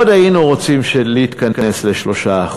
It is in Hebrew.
מאוד היינו רוצים להתכנס ל-3%,